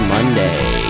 Monday